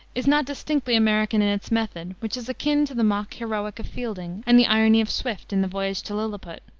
is not distinctly american in its method, which is akin to the mock heroic of fielding and the irony of swift in the voyage to lilliput.